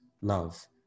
love